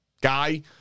guy